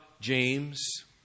James